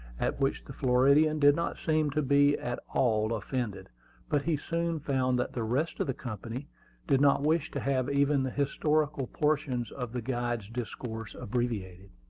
at which the floridian did not seem to be at all offended but he soon found that the rest of the company did not wish to have even the historical portions of the guide's discourse abbreviated.